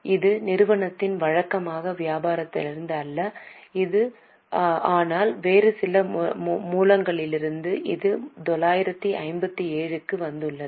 இது நிறுவனத்தின் வழக்கமான வியாபாரத்திலிருந்து அல்ல ஆனால் வேறு சில மூலங்களிலிருந்து இது 957 க்கு வந்துள்ளது